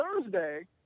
Thursday